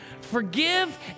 Forgive